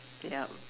yup